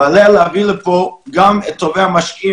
ועליה להביא לפה גם את טובי המשקיעים